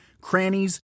crannies